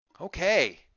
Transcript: Okay